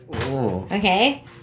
Okay